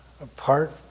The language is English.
apart